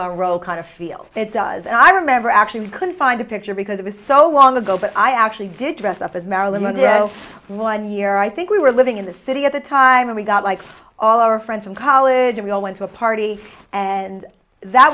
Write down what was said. monroe kind of feel it does and i remember actually we couldn't find a picture because it was so long ago but i actually did dress up as marilyn monroe one year i think we were living in the city at the time and we got like all our friends from college we all went to a party and that